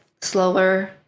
slower